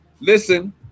listen